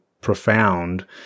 profound